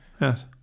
Yes